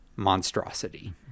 monstrosity